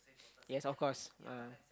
yes of course